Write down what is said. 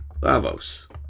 lavos